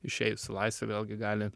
išėjus į laisvę vėlgi gali